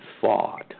thought